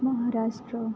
Maharashtra